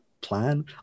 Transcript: plan